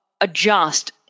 adjust